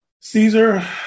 Caesar